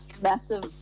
massive